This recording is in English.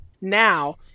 now